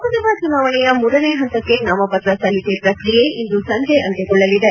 ಲೋಕಸಭಾ ಚುನಾವಣೆಯ ಮೂರನೇ ಹಂತಕ್ಕೆ ನಾಮಪತ್ರ ಸಲ್ಲಿಕೆ ಪ್ರಕ್ರಿಯೆ ಇಂದು ಸಂಜೆ ಅಂತ್ಯಗೊಳ್ಳಲಿದೆ